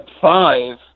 five